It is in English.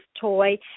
toy